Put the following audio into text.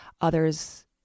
Others